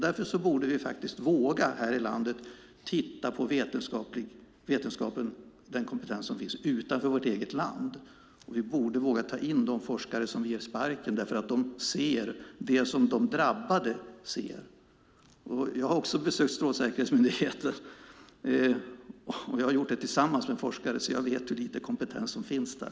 Därför borde vi här i landet faktiskt våga titta på den kompetens som finns inom vetenskapen utanför vårt eget land, och vi borde våga ta in de forskare som vi ger sparken därför att de ser det som de drabbade ser. Jag har också besökt Strålsäkerhetsmyndigheten, och jag har gjort det tillsammans med forskare. Jag vet därför hur lite kompetens som finns där.